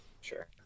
sure